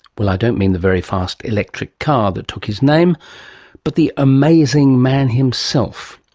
well, i don't mean the very fast electric car that took his name but the amazing man himself.